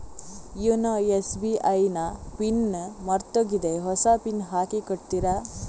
YONO SBI ನ pin ಮರ್ತೋಗಿದೆ ಹೊಸ ಪಿನ್ ಹಾಕಿ ಕೊಡ್ತೀರಾ?